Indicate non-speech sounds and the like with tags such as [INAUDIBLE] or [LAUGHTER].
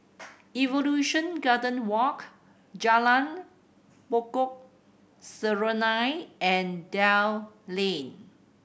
[NOISE] Evolution Garden Walk Jalan Pokok Serunai and Dell Lane